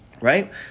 right